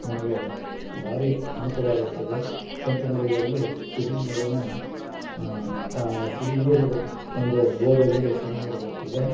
ನಮಗೇ ಭಾರಿ ಅನುಕೂಲವಾಗಿರುತ್ತದೆ ಕೆಂಪು ನೆಲದಲ್ಲಿ ಸಿಹಿ ನೀರಿನ ಸಿಹಿ ನೀರು ಒಂದು ಬೋರ್ವೆಲ್ಗೆ ಸಿಹಿ ನೀರು ಬರುತ್ತದೆ